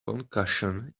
concussion